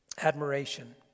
admiration